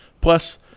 plus